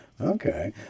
Okay